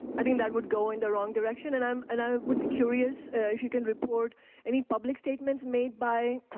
i think that would go in the wrong direction. and um and i would be curious if you can report any public statements made by